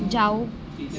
ਜਾਓ